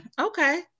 okay